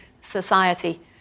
society